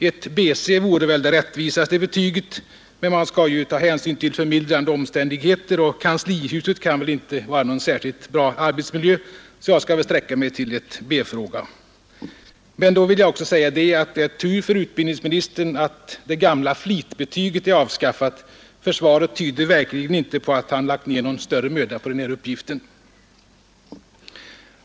Ett BC vore väl det mest rättvisa betyget, men man skall ju ta hänsyn till förmildrande omständigheter, och kanslihuset kan väl inte vara någon särskilt bra arbetsmiljö, så jag skall väl sträcka mig till ett B? men då vill jag också säga, att det är tur för utbildningsministern att det gamla flitbetyget är avskaffat, ty svaret tyder verkligen inte på att utbildningsministern har lagt ner nägon större möda på den här uppgiften.